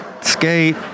skate